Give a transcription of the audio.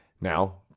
now